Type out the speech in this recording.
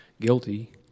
guilty